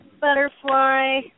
butterfly